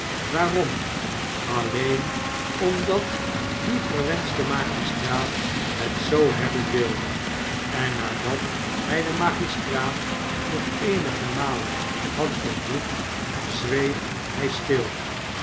waarom alleen omdat die verwenschte magistraat het zoo hebben wil en nadat hij de magistraat nog eenige malen had vervloekt zweeg hij stil